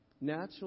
natural